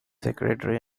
secretary